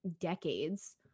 decades